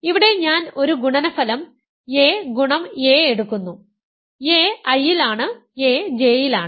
ഇവിടെ ഞാൻ ഒരു ഗുണനഫലം axa എടുക്കുന്നു a I യിൽ ആണ് a J യിലാണ്